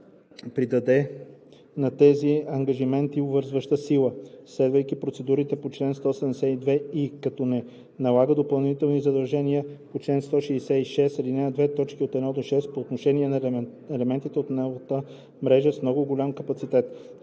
придаде на тези ангажименти обвързваща сила, следвайки процедурата по чл. 172и, като не налага допълнителни задължения по чл. 166, ал. 2, т. 1 – 6 по отношение на елементите от новата мрежа с много голям капацитет,